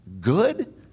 good